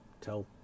tell